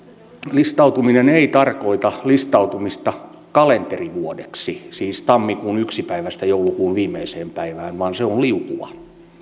listautuminen ei tarkoita listautumista kalenterivuodeksi siis tammikuun ensimmäisestä päivästä joulukuun viimeiseen päivään vaan se on liukuva aika